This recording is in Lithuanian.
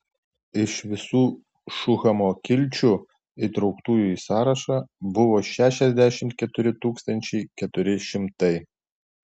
iš visų šuhamo kilčių įtrauktųjų į sąrašą buvo šešiasdešimt keturi tūkstančiai keturi šimtai